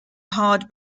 hard